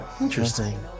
Interesting